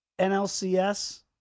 NLCS